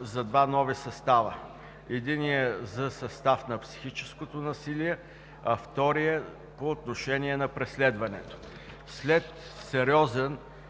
за два нови състава: единият за състав на психическото насилие, а вторият – по отношение на преследването. След сериозен